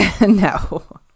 No